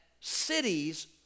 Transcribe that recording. cities